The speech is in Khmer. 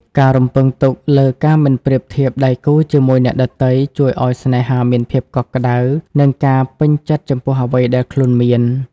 ការរំពឹងទុកលើ "ការមិនប្រៀបធៀបដៃគូជាមួយអ្នកដទៃ" ជួយឱ្យស្នេហាមានភាពកក់ក្ដៅ និងការពេញចិត្តចំពោះអ្វីដែលខ្លួនមាន។